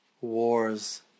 wars